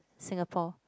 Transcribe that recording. Singapore